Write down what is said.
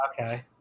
Okay